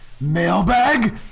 mailbag